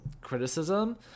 criticism